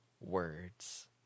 Words